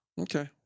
Okay